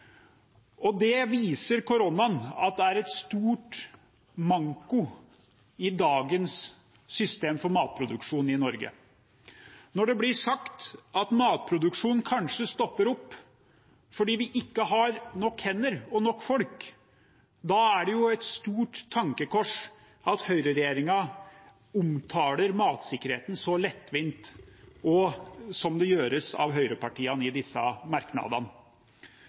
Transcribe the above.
Det viser koronaen er en stor manko i dagens system for matproduksjon i Norge. Når det blir sagt at matproduksjonen kanskje stopper opp fordi vi ikke har nok hender og nok folk, da er det et stort tankekors at høyreregjeringen omtaler matsikkerheten så lettvint, og sånn gjøres det også av høyrepartiene i disse merknadene.